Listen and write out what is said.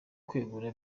kwegura